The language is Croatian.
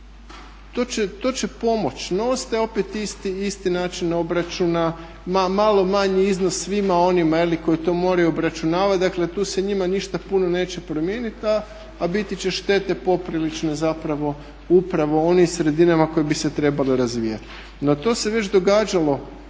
to će pomoći. No, ostaje opet isti način obračuna, malo manji iznos svima onima koji to moraju obračunavati. Dakle, tu se njima ništa puno neće promijeniti a biti će štete poprilične zapravo upravo u onim sredinama koje bi se trebale razvijati. No, to se već događalo